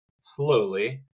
slowly